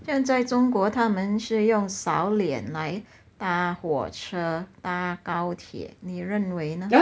现在中国他们是用扫脸来搭火车搭高铁你认为呢